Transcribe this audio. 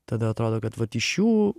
tada atrodo kad vat iš jų